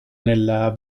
nella